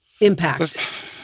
Impact